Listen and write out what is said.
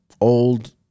old